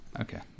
okay